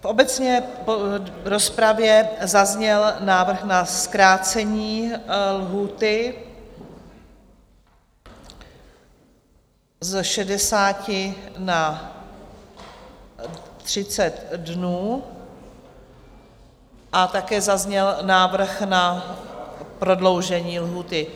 V obecné rozpravě zazněl návrh na zkrácení lhůty z 60 na 30 dnů a také zazněl návrh na prodloužení lhůty.